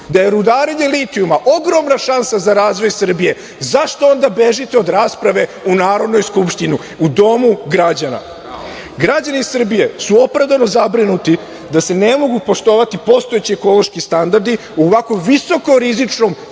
da je rudarenje litijuma ogromna šansa za razvoj Srbije, zašto onda bežite od rasprave u Narodnoj skupštini, u domu građana? Građani Srbije su opravdano zabrinuti da se ne mogu poštovati postojeći ekološki standardi u ovako visokorizičnom